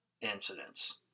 incidents